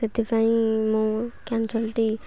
ସେଥିପାଇଁ ମୁଁ କ୍ୟାନସଲ୍ଟି